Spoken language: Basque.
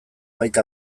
baita